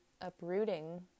uprooting